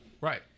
Right